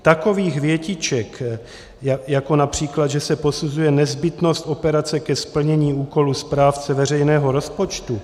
Takových větiček, jako např. že se posuzuje nezbytnost operace ke splnění úkolu správce veřejného rozpočtu...